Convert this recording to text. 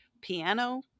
Piano